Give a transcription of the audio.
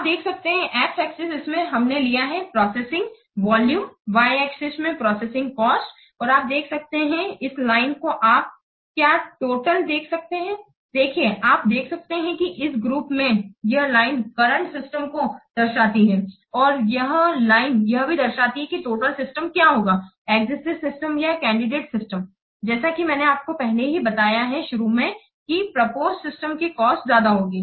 आप देख सकते हैं x एक्सिस इसमें हमने लिया है प्रोसेसिंग वॉल्यूम y एक्सिस में प्रोसेसिंग कॉस्ट और आप देख सकते हैं इस लाइन को आप क्या टोटल देख सकते हैं देखिए आप देख सकते हैं कि इस ग्रुप में यह लाइन करंट सिस्टम को दर्शाती है और यह लाइन यह भी दर्शाती है कि टोटल सिस्टम क्या होगा एक्जिस्टिंग सिस्टम या कैंडिडेट सिस्टम जैसा कि मैंने आपको पहले ही बताया है शुरू में कि प्रपोज सिस्टम की कॉस्ट ज्यादा होगी